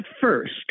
first